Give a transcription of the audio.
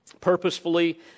purposefully